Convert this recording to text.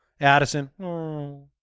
Addison